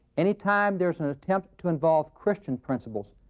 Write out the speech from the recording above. any time there's an an attempt to involve christian principles.